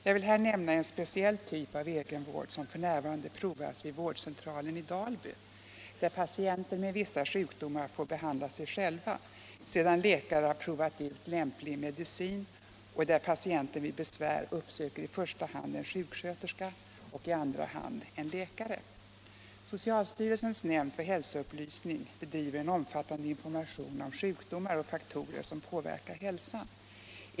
Jag vill här nämna en speciell typ av egenvård som f.n. provas vid vårdcentralen i Dalby, där patienter med vissa sjukdomar får behandla sig själva sedan läkare har provat ut lämplig medicin och där patienten vid besvär uppsöker i första hand en sjuksköterska och i andra hand en läkare. Socialstyrelsens nämnd för hälsoupplysning bedriver en omfattande information om sjukdomar och faktorer som påverkar hälsan.